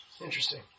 Interesting